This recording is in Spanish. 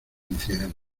incidentes